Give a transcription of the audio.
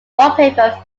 wallpaper